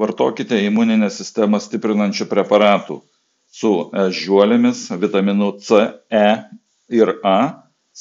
vartokite imuninę sistemą stiprinančių preparatų su ežiuolėmis vitaminu c e ir a